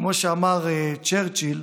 כמו שאמר צ'רצ'יל,